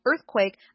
earthquake